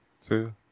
two